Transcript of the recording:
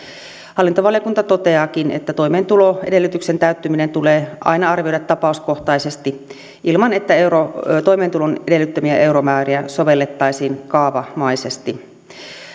hallintovaliokunta toteaakin että toimeentuloedellytyksen täyttyminen tulee aina arvioida tapauskohtaisesti ilman että toimeentulon edellyttämiä euromääriä sovellettaisiin kaavamaisesti